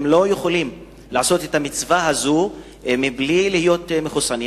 הם לא יכולים לקיים את המצווה הזאת בלי להיות מחוסנים.